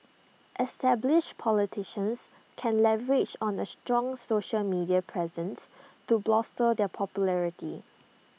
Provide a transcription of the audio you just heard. established politicians can leverage on A strong social media presence to bolster their popularity